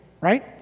right